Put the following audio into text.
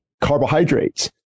carbohydrates